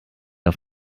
auf